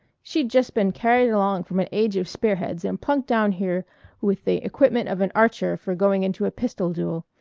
she's just been carried along from an age of spearheads and plunked down here with the equipment of an archer for going into a pistol duel.